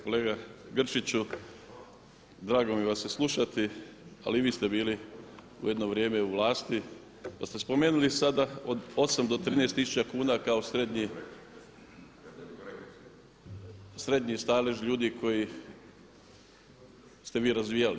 Kolega Grčiću, drago mi vas je slušati, ali i vi ste bili jedno vrijeme u vlasti, pa ste spomenuli sada od 8 do 13 tisuća kuna kao srednji stalež ljudi koji ste vi razvijali.